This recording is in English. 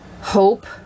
hope